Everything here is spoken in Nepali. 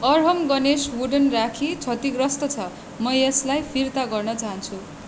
अरहम गणेश वुडन राखी क्षतिग्रस्त छ म यसलाई फिर्ता गर्न चाहन्छु